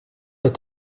est